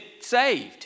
saved